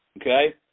Okay